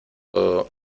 todo